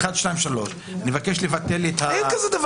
אני מבקש לבטל לי --- אין דבר כזה.